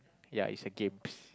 yeah it's a games